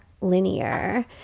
linear